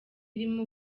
irimo